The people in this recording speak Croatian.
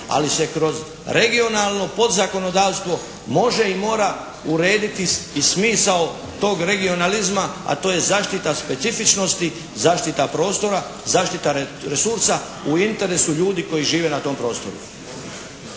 ali se kroz regionalno podzakonodavstvo može i mora urediti i smisao tog regionalizma a to je zaštita specifičnosti, zaštita prostora, zaštita resursa u interesu ljudi koji žive na tom prostoru.